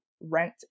rent